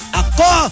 ako